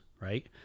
right